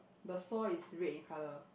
the saw is red in colour